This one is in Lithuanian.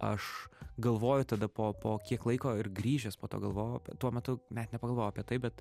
aš galvoju tada po po kiek laiko ir grįžęs po to galvojau tuo metu net nepagalvojau apie tai bet